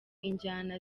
injyana